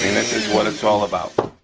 this is what it's all about.